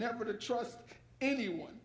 ever to trust anyone